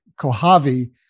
Kohavi